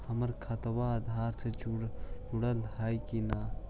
हमर खतबा अधार से जुटल हई कि न?